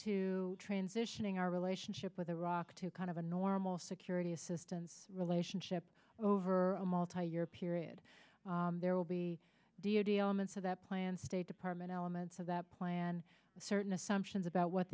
to transitioning our relationship with iraq to kind of a normal security assistance relationship over a multi year period there will be deity elements of that plan state department elements of that plan certain assumptions about what